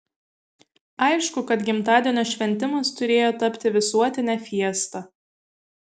aišku kad gimtadienio šventimas turėjo tapti visuotine fiesta